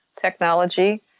technology